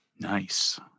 Nice